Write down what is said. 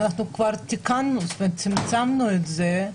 אנחנו כבר צמצמנו את זה.